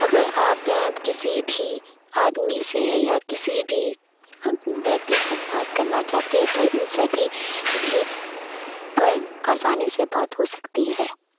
اگر آپ کسی بھی آدمی سے یا کسی بھی ویکتی سے بات کرنا چاہتے ہیں تو ان سبھی بھی پر آسانی سے بات ہو سکتی ہے